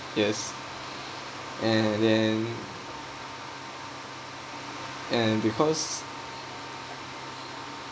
yes and then and because